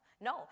no